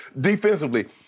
Defensively